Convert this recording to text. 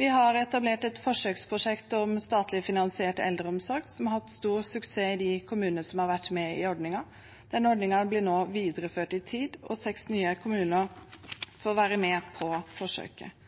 Vi har etablert et forsøksprosjekt om statlig finansiert eldreomsorg, som har hatt stor suksess i de kommunene som har vært med i ordningen. Denne ordningen blir nå videreført i tid, og seks nye kommuner får være med på forsøket.